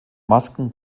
masken